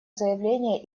заявления